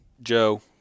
Joe